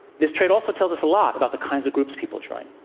this trait also tells us a lot about the kinds of groups people join.